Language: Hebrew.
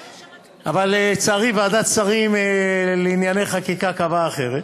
אבל, לצערי, ועדת שרים לענייני חקיקה קבעה אחרת,